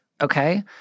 okay